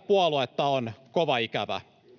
Kumpula-Natri: